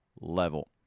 level